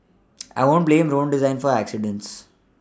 I wouldn't blame road design for accidents